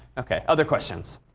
ok, other questions?